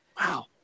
Wow